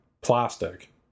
plastic